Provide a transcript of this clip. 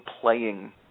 playing